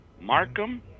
Markham